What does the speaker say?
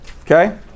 Okay